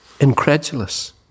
incredulous